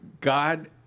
God